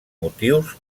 motius